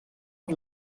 het